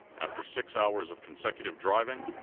after six-hours of consecutive driving,